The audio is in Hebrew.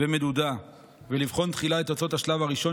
ומדודה ולבחון תחילה את תוצאות השלב הראשון